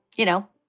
you know.